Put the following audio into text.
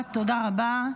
תודה רבה.